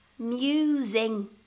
Musing